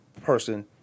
person